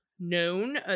known